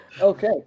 Okay